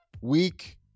week